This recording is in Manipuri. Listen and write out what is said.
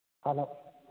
ꯍꯥꯟꯅ